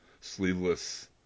sleeveless